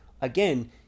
again